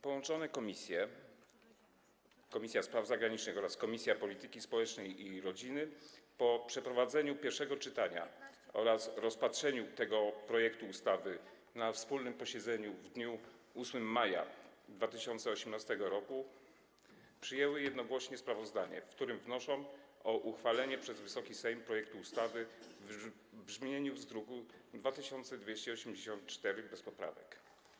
Połączone komisje: Komisja Spraw Zagranicznych oraz Komisja Polityki Społecznej i Rodziny po przeprowadzeniu pierwszego czytania oraz rozpatrzeniu tego projektu ustawy na wspólnym posiedzeniu w dniu 8 maja 2018 r. przyjęły jednogłośnie sprawozdanie, w którym wnoszą o uchwalenie przez Wysoki Sejm projektu ustawy w brzmieniu z druku nr 2284 bez poprawek.